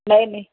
नए में